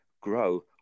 grow